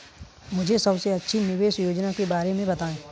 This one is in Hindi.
मुझे सबसे अच्छी निवेश योजना के बारे में बताएँ?